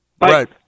Right